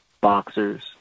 boxers